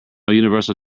universal